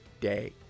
day